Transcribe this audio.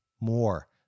more